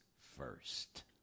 first